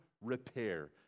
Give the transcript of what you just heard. repair